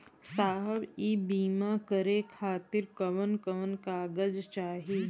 साहब इ बीमा करें खातिर कवन कवन कागज चाही?